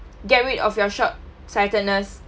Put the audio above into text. get rid of your shortsightedness